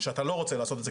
שאתה לא רוצה לעשות את זה,